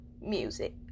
music